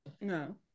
No